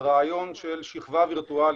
הרעיון של שכבה וירטואלית,